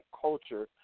culture